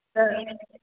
त